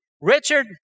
Richard